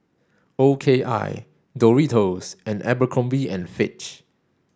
O K I Doritos and Abercrombie and Fitch